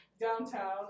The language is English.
downtown